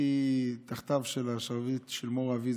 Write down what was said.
הייתי תחת שרביטו של מור אבי,